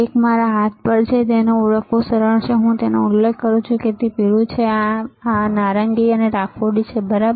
તેથી એક મારા હાથ પર છે અને તેને ઓળખવું સરળ છે હું તેનો ઉલ્લેખ કરી શકું છું જેમ કે તે પીળો છે બરાબર આ નારંગી અને રાખોડી છે બરાબર